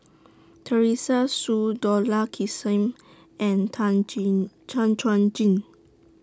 Teresa Hsu Dollah Kassim and Tan Jin Tan Chuan Jin